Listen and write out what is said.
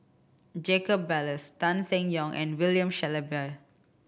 Jacob Ballas Tan Seng Yong and William Shellabear